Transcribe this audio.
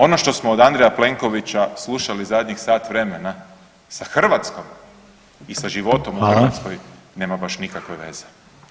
Ono što smo od Andreja Plenkovića slušali zadnjih sat vremena sa Hrvatskom i sa životom u Hrvatskoj [[Upadica: Hvala.]] nema baš nikakve veze.